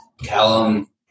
Callum